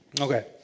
Okay